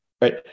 right